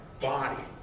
body